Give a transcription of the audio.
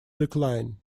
decline